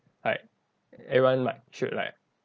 like everyone like should like